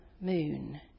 moon